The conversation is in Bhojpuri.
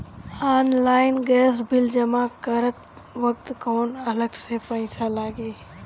ऑनलाइन गैस बिल जमा करत वक्त कौने अलग से पईसा लागी?